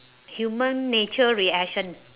human nature reaction